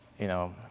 you know,